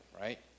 right